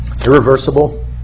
Irreversible